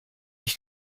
ich